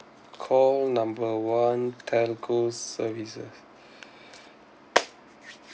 call number one telco services